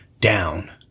down